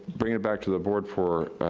bringing it back to the board for, ah,